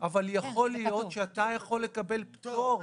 אבל יכול להיות שאתה יכול לקבל פטור.